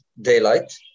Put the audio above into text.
daylight